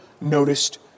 noticed